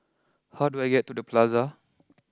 how do I get to the Plaza